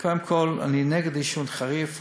קודם כול, אני נגד עישון, חריף.